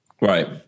Right